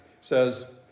says